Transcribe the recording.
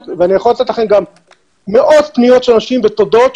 ואני יכול לתת לכם גם מאות פניות של אנשים ותודות,